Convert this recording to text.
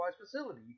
facility